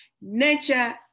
nature